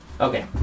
Okay